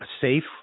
safe